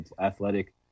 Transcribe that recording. athletic